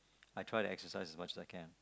I try to exercise as much as I can